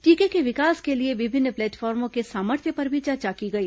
टीके के विकास के लिए विभिन्न प्लेटफार्मों के सामर्थ्य पर भी चर्चा की गई